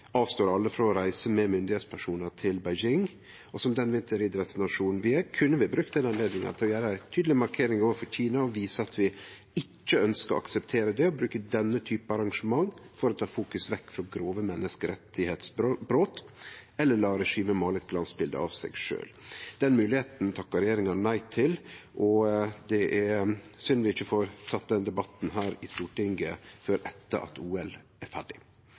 avstår alle frå å reise med myndigheitspersonar til Beijing. Som den vinteridrettsnasjonen vi er, kunne vi brukt denne anledninga til å gjere ei tydeleg markering overfor Kina og vise at vi ikkje ønskjer å akseptere det å bruke denne typen arrangement til å ta fokuset vekk frå grove menneskerettsbrot eller til å la regimet måle eit glansbilde av seg sjølv. Den moglegheita takka regjeringa nei til, og det er synd at vi ikkje får teke den debatten her i Stortinget før etter at OL er ferdig.